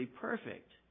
perfect